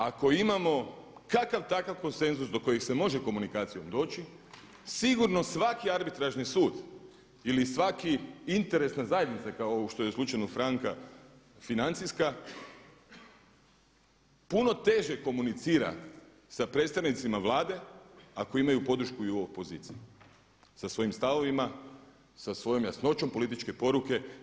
Ako imamo kakav takav konsenzus do kojeg se može komunikacijom doći sigurno svaki arbitražni sud ili svaka interesna zajednica kao što je u slučaju Franka financijska puno teže komunicira sa predstavnicima Vlade ako imaju podršku i u opoziciji sa svojim stavovima, sa svojom jasnoćom političke poruke.